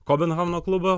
kobenhavno klubo